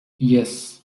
yes